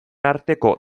arteko